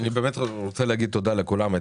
אני באמת רוצה להגיד תודה לכולם,